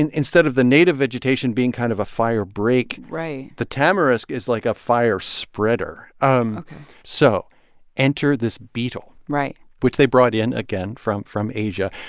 and instead of the native vegetation being kind of a firebreak. right. the tamarisk is like a fire spreader ok um so enter this beetle. right. which they brought in, again, from from asia.